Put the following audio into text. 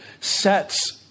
sets